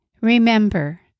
Remember